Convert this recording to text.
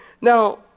Now